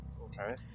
Okay